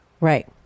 Right